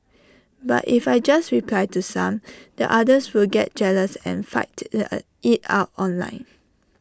but if I just reply to some the others will get jealous and fight in A IT out online